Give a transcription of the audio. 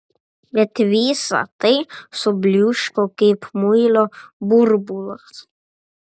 bet visa tai subliūško kaip muilo burbulas